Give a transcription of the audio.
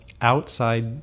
outside